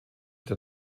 der